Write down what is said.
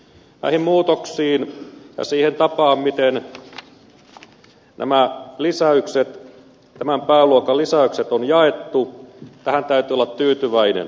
näihin muutoksiin ja siihen tapaan miten nämä tämän pääluokan lisäykset on jaettu täytyy olla tyytyväinen